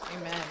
Amen